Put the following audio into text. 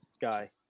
guy